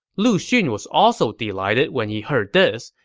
lu xun was also delighted when he heard this,